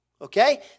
Okay